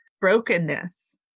brokenness